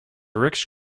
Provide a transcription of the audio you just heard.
rich